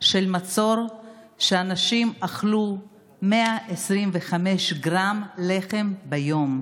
של מצור שבו אנשים אכלו 125 גרם לחם ביום.